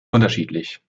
unterschiedlich